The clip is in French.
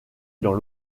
dans